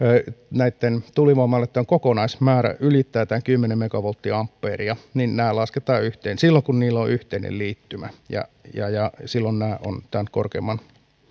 näitten tuulivoimaloitten kokonaismäärä ylittää tämän kymmenen megavolttiampeeria nämä lasketaan yhteen silloin kun niillä on yhteinen liittymä ja ja silloin nämä ovat tämän korkeamman